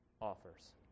offers